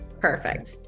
Perfect